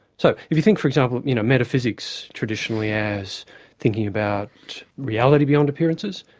so if you think for example metaphysics traditionally as thinking about reality beyond appearances,